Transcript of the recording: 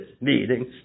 meetings